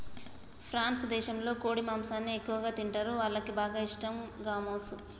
France దేశంలో కోడి మాంసాన్ని ఎక్కువగా తింటరు, వాళ్లకి బాగా ఇష్టం గామోసు